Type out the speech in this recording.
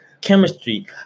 Chemistry